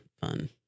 fun